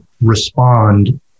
respond